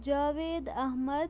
Javed Ahmad